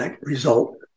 result